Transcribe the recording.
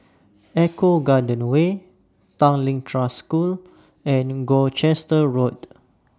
Eco Garden Way Tanglin Trust School and Gloucester Road